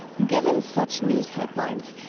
given such news headlines,